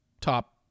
top